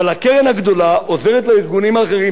אבל הקרן הגדולה עוזרת לארגונים האחרים